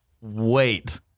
wait